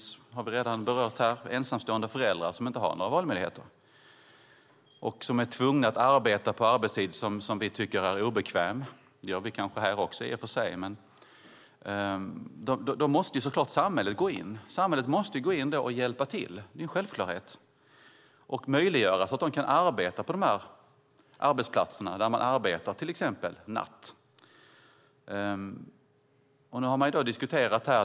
Som redan berörts här finns det ensamstående föräldrar som inte har några valmöjligheter och som är tvungna att arbeta på tid som vi tycker är obekväm arbetstid - det gör i och för sig kanske också vi här. Samhället måste då gå in och hjälpa till - det är en självklarhet - och göra det möjligt att arbeta på arbetsplatser där det till exempel nattarbetas.